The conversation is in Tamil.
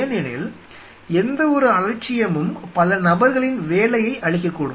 ஏனெனில் எந்த ஒரு அலட்சியமும் பல நபர்களின் வேலையை அழிக்கக்கூடும்